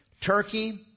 Turkey